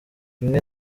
rimwe